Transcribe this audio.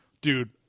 dude